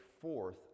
fourth